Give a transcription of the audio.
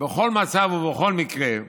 בכל מצב ובכל מקרה,